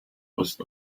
ost